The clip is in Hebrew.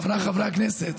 חברנו השר אלי כהן,